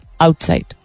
outside